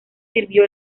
sirvió